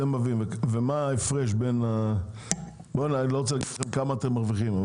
אני לא רוצה להגיד כמה אתם מרוויחים.